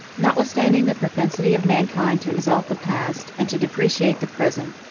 notwithstanding the propensity of mankind to exalt the past, and to depreciate the present,